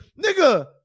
nigga